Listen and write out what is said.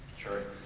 sure.